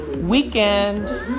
weekend